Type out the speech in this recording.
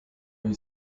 you